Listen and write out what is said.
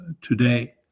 today